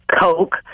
Coke